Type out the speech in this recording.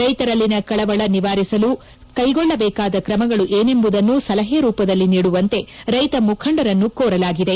ರೈತರಲ್ಲಿನ ಕಳವಳ ನಿವಾರಿಸಲು ಕೈಗೊಳ್ಳಬೇಕಾದ ತ್ರಮಗಳು ಏನೆಂಬುದನ್ನು ಸಲಹೆ ರೂಪದಲ್ಲಿ ನೀಡುವಂತೆ ರೈತ ಮುಖಂಡರನ್ನು ಕೋರಲಾಗಿದೆ